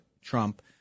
Trump